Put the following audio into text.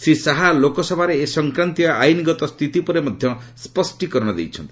ଶ୍ରୀ ଶାହା ଲୋକସଭାରେ ଏ ସଂକ୍ରାନ୍ତୀୟ ଆଇନ୍ଗତ ସ୍ଥିତି ଉପରେ ମଧ୍ୟ ସ୍ୱଷ୍ଟୀକରଣ ଦେଇନ୍ତି